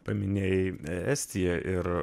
paminėjai estiją ir